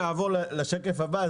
אעבור לשקף הבא,